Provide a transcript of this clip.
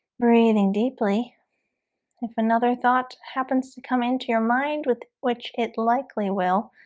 breathing deeply if another thought happens to come into your mind with which it likely will